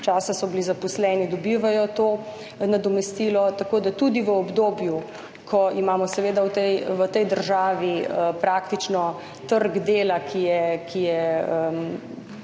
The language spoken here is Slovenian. časa so bili zaposleni, dobivajo to nadomestilo. Tako da tudi v obdobju, ko imamo v tej državi praktično trg dela, ki je